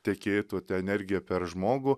tekėtų ta energija per žmogų